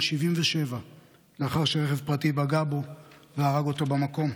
77 לאחר שרכב פרטי פגע בו והרג אותו במקום.